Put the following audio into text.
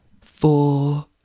Four